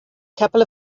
couple